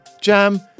Jam